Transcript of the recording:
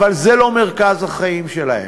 אבל זה לא מרכז החיים שלהם.